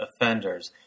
offenders